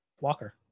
Walker